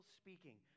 speaking